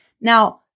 Now